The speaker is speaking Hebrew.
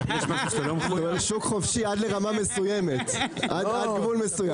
זה שוק חופשי עד לרמה מסוימת, עד גבול מסוים.